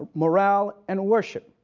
moral, and worship.